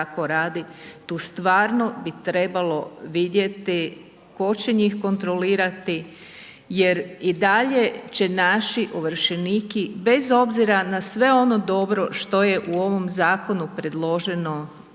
Tu stvarno bi trebalo vidjeti tko će njih kontrolirati jer i dalje će naši ovršenici bez obzira na sve ono dobro što je u ovom zakonu predloženo